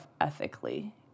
ethically